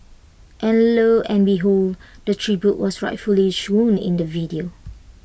and lo and behold the tribute was rightfully shown in the video